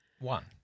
One